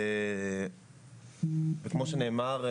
כמו שנאמר,